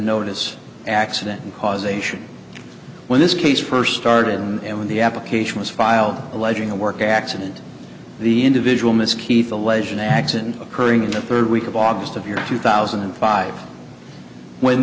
notice accident and causation when this case first started and when the application was filed alleging a work accident the individual miss keith allege an accident occurring in the third week of august of year two thousand and five when